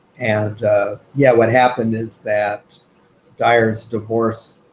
and yeah, what happened is that dyar's divorce,